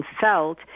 felt